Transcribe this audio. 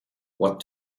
what